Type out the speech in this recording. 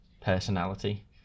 personality